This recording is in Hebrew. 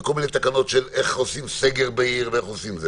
וכל מיני תקנות של איך עושים סגר בעיר וכדומה.